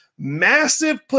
Massive